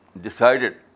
decided